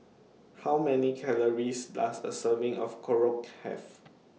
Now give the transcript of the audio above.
How Many Calories Does A Serving of Korokke Have